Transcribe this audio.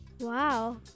wow